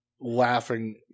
laughing